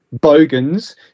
bogans